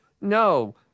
no